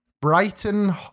Brighton